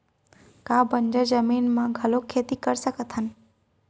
का बंजर जमीन म घलो खेती कर सकथन का?